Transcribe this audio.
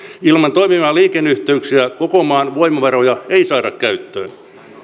ilman toimivia liikenneyhteyksiä koko maan voimavaroja ei saada käyttöön